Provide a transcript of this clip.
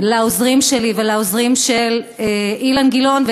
לעוזרים שלי ולעוזרים של אילן גילאון,